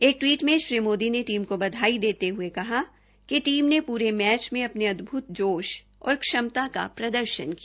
एक टवीट में श्री मोदी ने टीम को बधाई देते हये कहा कि टीम ने पूरे मैच में अपने अदभ्त जोश और क्षमता का प्रदर्शन किया